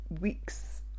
weeks